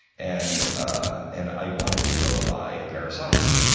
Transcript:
and ah and i wanted to go buy a pair of socks.